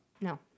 No